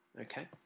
Okay